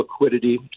liquidity